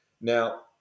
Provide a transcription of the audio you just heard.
Now